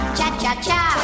Cha-cha-cha